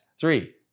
Three